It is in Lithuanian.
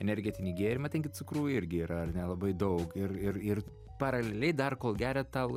energetinį gėrimą ten gi cukrų irgi yra ar ne labai daug ir ir ir paraliai dar kol geriat alų